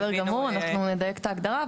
בסדר גמור, אנחנו נדייק את ההגדרה.